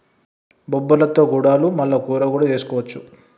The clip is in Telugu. బొబ్బర్లతో గుడాలు మల్ల కూర కూడా చేసుకోవచ్చు